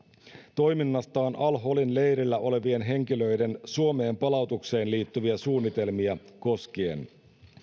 toiminnastaan al holin leirillä olevien henkilöiden suomeen palautukseen liittyviä suunnitelmia koskien